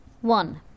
One